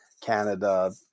Canada